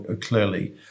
clearly